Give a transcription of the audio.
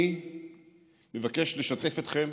אני מבקש לשתף אתכם